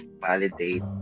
validate